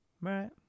Right